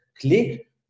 click